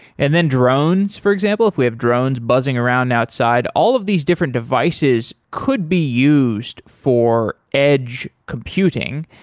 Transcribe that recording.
and then drones, for example. if we have drones buzzing around outside. all of these different devices could be used for edge computing.